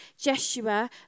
Jeshua